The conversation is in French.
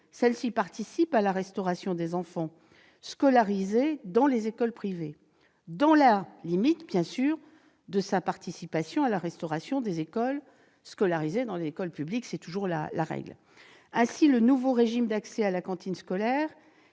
celle-ci participe à la restauration des élèves scolarisés dans les écoles privées, dans la limite de sa participation à la restauration des élèves scolarisés dans les écoles publiques. C'est toujours la règle. Ainsi le nouveau régime d'accès à la cantine scolaire